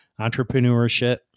entrepreneurship